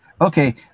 okay